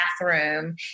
bathroom